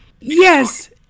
Yes